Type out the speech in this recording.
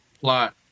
plot